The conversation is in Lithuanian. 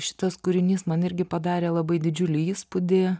šitas kūrinys man irgi padarė labai didžiulį įspūdį